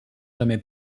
jamais